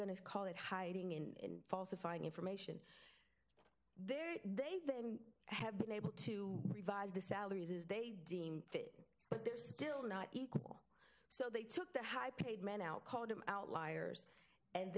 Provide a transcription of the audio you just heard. to call it hiding in falsifying information there they then have been able to revise the salaries as they deem fit but they're still not equal so they took the high paid men out called them outliers and